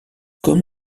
comme